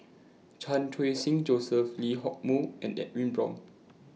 Chan Khun Sing Joseph Lee Hock Moh and Edwin Brown